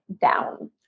down